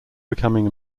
becoming